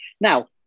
Now